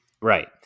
Right